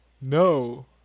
no